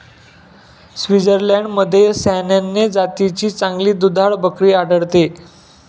स्वित्झर्लंडमध्ये सॅनेन जातीची चांगली दुधाळ बकरी आढळते